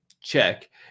check